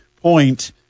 point